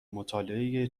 مطالعه